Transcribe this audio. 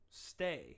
Stay